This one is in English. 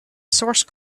source